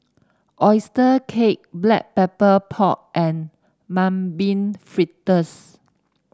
oyster cake Black Pepper Pork and Mung Bean Fritters